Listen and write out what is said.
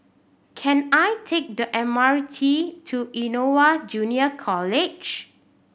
can I take the M R T to Innova Junior College